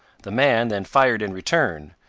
the man then fired in return,